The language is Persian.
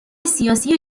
سیاسی